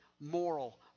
moral